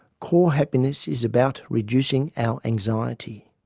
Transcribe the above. core happiness is about reducing our anxiety,